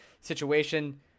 situation